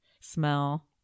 smell